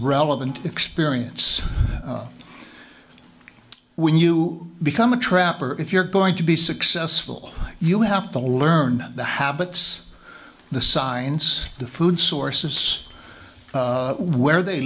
relevant experience when you become a trapper if you're going to be successful you have to learn the habits the signs the food sources where they